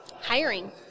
Hiring